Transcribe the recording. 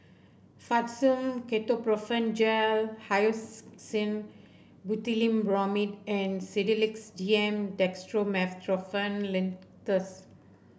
Fastum Ketoprofen Gel Hyoscine Butylbromide and Sedilix D M Dextromethorphan Linctus